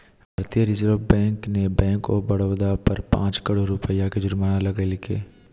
भारतीय reserve bank ने bank of Baroda पर पांच करोड़ रुपया के जुर्माना लगैलके